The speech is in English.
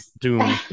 doom